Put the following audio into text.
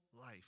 life